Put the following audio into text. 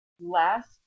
last